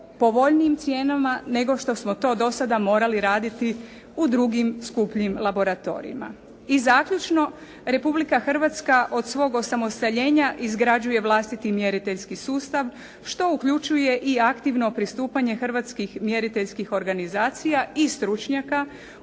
povoljnijim cijenama nego što smo to do sada morali raditi u drugim skupnim laboratorijima. I zaključno Republika Hrvatska od svog osamostaljenja izgrađuje vlastiti mjeriteljski sustav što uključuje i aktivno pristupanje hrvatskih mjeriteljskih organizacija i stručnjaka